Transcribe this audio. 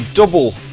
Double